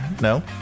No